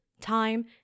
time